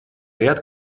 ряд